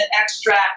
extract